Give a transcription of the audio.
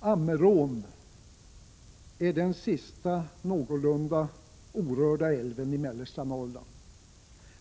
Ammerån är den sista någorlunda orörda älven i mellersta Norrland.